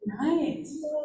Nice